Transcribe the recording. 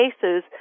cases